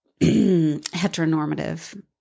heteronormative